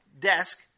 desk